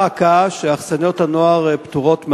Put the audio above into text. דא עקא, שאכסניות הנוער פטורות מארנונה,